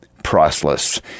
Priceless